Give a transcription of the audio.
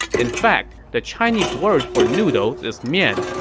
in fact, the chinese word for noodles is mian,